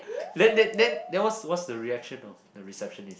then then then then what's what's the reaction of the receptionist